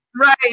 Right